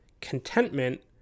contentment